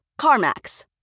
CarMax